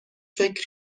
فکر